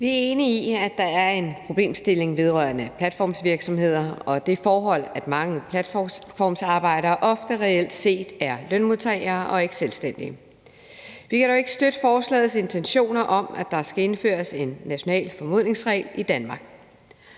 Vi er enige i, at der er en problemstilling vedrørende platformsvirksomheder og det forhold, at mange platformsarbejdere ofte reelt set er lønmodtagere og ikke selvstændige. Vi kan dog ikke støtte forslagets intentioner om, at der skal indføres en national formodningsregel i Danmark.